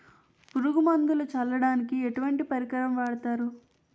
పురుగు మందులు చల్లడానికి ఎటువంటి పరికరం వాడతారు?